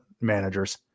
managers